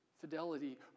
fidelity